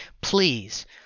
please